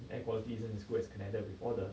the air quality isn't as good as canada with all the